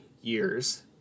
years